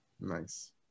Nice